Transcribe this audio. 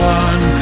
one